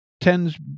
tends